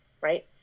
right